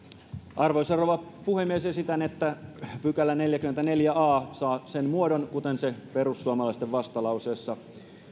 arvoisa rouva puhemies esitän että neljäskymmenesneljäs a pykälä saa sen muodon kuten perussuomalaisten vastalauseessa